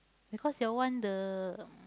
because your one the